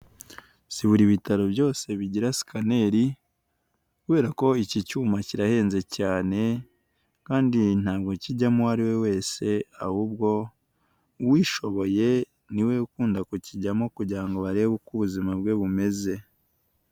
Si buri bitaro byose bigira sikaneri kubera ko iki cyuma kirahenze cyane kandi ntabwo kijyamo uwo ari we wese ahubwo uwishoboye ni we ukunda kukijyamo kugira barebe uko ubuzima bwe bumeze.